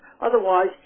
otherwise